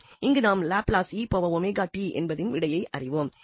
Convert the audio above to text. இங்கு நாம் லாப்லஸ் என்பதன் விடையை அறிவோம்